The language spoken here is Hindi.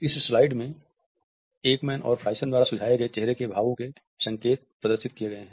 इस स्लाइड में एकमैन और फ्राइसन द्वारा सुझाए गए चेहरे के भावो के संकेत प्रदर्शित किये गए हैं